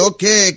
Okay